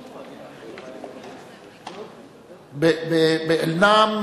ב"אל-נעם"